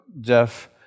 Jeff